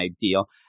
deal